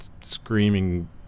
screaming